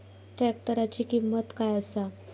ट्रॅक्टराची किंमत काय आसा?